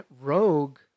Rogue